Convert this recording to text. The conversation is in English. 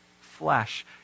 flesh